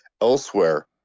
elsewhere